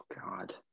God